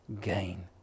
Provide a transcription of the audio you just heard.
gain